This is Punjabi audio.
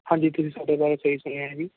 ਹਾਂਜੀ ਤੁਸੀਂ ਸਾਡੇ ਬਾਰੇ ਸਹੀ ਸੁਣਿਆ ਹੈ ਜੀ